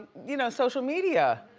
you know, social media.